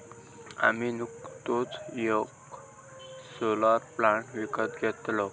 आम्ही नुकतोच येक सोलर प्लांट विकत घेतलव